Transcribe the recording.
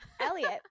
Elliot